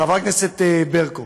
חברת הכנסת ברקו,